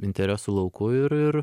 interesų lauku ir ir